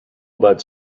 about